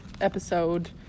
episode